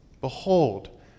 Behold